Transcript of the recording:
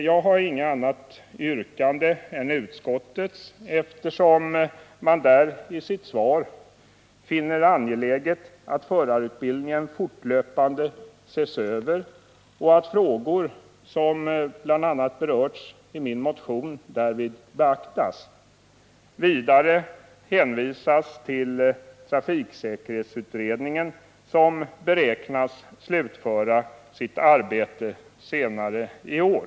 Jag har inget annat yrkande än utskottets, eftersom man där i sitt svar finner angeläget att förarutbildningen fortlöpande ses över och att frågor som bl.a. berörts i min motion därvid beaktas. Vidare hänvisas till trafiksäkerhetsutredningen, som beräknas slutföra sitt arbete senare i år.